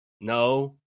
No